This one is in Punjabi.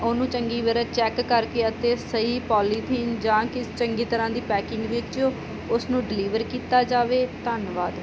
ਉਹਨੂੰ ਚੰਗੀ ਵਰਾਂ ਚੈੱਕ ਕਰਕੇ ਅਤੇ ਸਹੀ ਪੋਲੀਥੀਨ ਜਾਂ ਕਿਸੇ ਚੰਗੀ ਤਰ੍ਹਾਂ ਦੀ ਪੈਕਿੰਗ ਵੇਚੋ ਉਸ ਨੂੰ ਡਿਲੀਵਰ ਕੀਤਾ ਜਾਵੇ ਧੰਨਵਾਦ